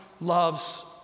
loves